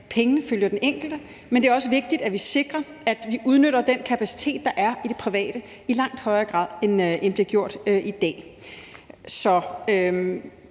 pengene følger den enkelte. Men det er også vigtigt, at vi sikrer, at vi udnytter den kapacitet, der er i det private i langt højere grad, end det bliver gjort i dag.